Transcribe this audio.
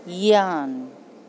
yarn